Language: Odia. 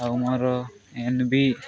ଆଉ ମୋର ଏନ୍ବି